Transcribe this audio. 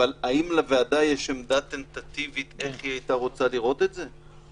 אבל האם לוועדה יש עמדה טנטטיבית איך היא הייתה רוצה לראות את זה?